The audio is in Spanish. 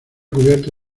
cubierta